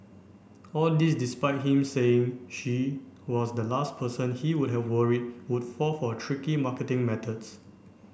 all this despite him saying she was the last person he would have worried would fall for tricky marketing methods